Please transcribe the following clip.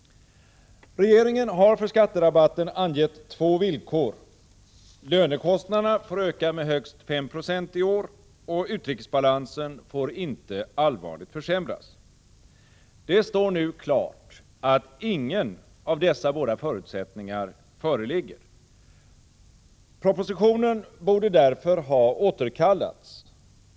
Regeringen har för skatterabatten angett två villkor: lönekostnaderna får öka med högst 5 20 i år, och utrikesbalansen får inte allvarligt försämras. Det står nu klart att ingen av dessa båda förutsättningar föreligger. Propositionen borde därför ha återkallats.